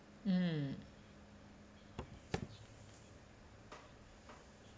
mm